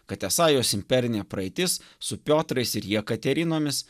kad esą jos imperinė praeitis su piotrais ir jekaterinomis